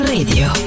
Radio